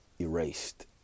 erased